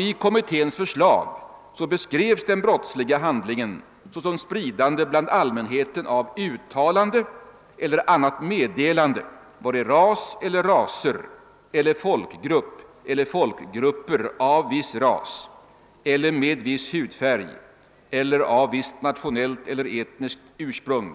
I kommitténs förslag beskrevs den brottsliga handlingen såsom spridande bland allmänheten av uttalande eller annat meddelande, vari ras eller ras eller folkgrupp eller folkgrupper av viss ras eller med viss hudfärg eller av visst nationellt eller etniskt ursprung